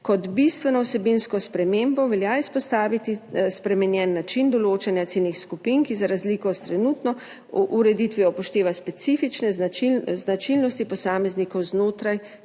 Kot bistveno vsebinsko spremembo velja izpostaviti spremenjen način določanja ciljnih skupin, ki za razliko s trenutno ureditvijo upošteva specifične značilnosti posameznikov znotraj